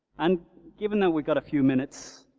and given that we got a few minutes,